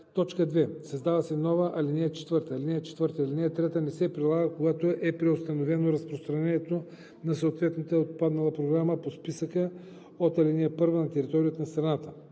1.“ 2. Създава се нова ал. 4: „(4) Алинея 3 не се прилага, когато е преустановено разпространението на съответната отпаднала програма от списъка по ал. 1 на територията на страната.“